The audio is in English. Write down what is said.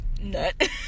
Nut